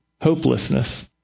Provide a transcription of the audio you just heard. hopelessness